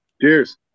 Cheers